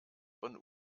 von